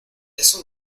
eso